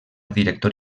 director